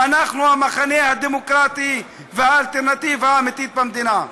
אנחנו המחנה הדמוקרטי והאלטרנטיבה האמיתית במדינה.